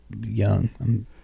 young